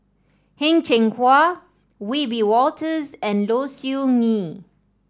Heng Cheng Hwa Wiebe Wolters and Low Siew Nghee